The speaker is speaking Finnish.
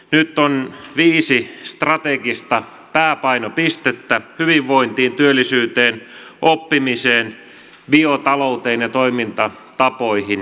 nyt on viisi strategista pääpainopistettä hyvinvointiin työllisyyteen oppimiseen biotalouteen ja toimintatapoihin liittyen